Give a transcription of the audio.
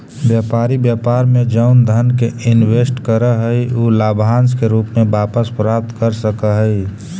व्यापारी व्यापार में जउन धन के इनवेस्ट करऽ हई उ लाभांश के रूप में वापस प्राप्त कर सकऽ हई